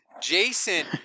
Jason